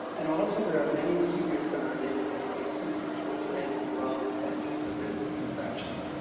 and also, there are many seniors in our neighborhood that are simply too afraid to go out and take the risk of infection.